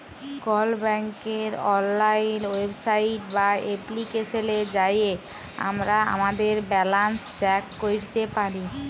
call ব্যাংকের অললাইল website বা এপ্লিকেশলে যাঁয়ে আমরা আমাদের ব্যাল্যাল্স চ্যাক ক্যইরতে পারি